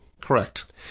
Correct